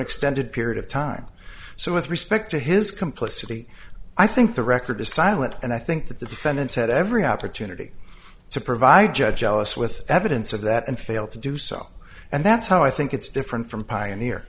extended period of time so with respect to his complicity i think the record is silent and i think that the defendants had every opportunity to provide judge alice with evidence of that and failed to do so and that's how i think it's different from pioneer